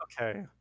okay